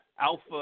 Alpha